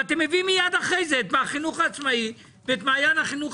ואת מביאים מייד אחרי זה את החינוך העצמאי ואת מעיין החינוך